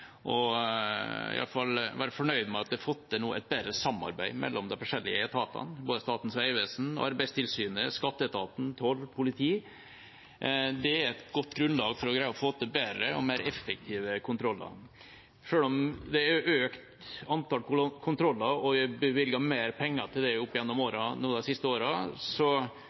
man iallfall har fått til et bedre samarbeid mellom de forskjellige etatene – Statens vegvesen, Arbeidstilsynet, skatteetaten, tolletaten og politiet. Det er et godt grunnlag for å greie å få til bedre og mer effektive kontroller. Selv om det er et økt antall kontroller og det er bevilget mer penger til det gjennom de siste